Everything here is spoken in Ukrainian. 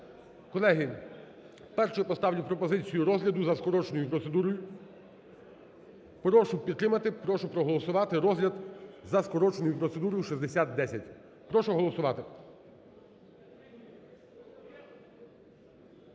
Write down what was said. Колеги, першою поставлю пропозицію розгляду за скороченою процедурою. Прошу підтримати, прошу проголосувати розгляд за скороченою процедурою 6010. Прошу голосувати.